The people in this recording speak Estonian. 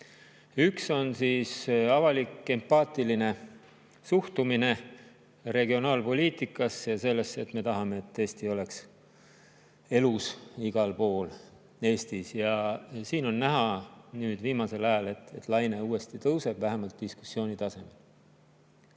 Üks on avalik empaatiline suhtumine regionaalpoliitikasse ja sellesse, et me tahame, et Eesti oleks elus igal pool Eestis. Siin on viimasel ajal näha, et laine uuesti tõuseb, vähemalt diskussiooni tasemel.